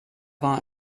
war